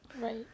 Right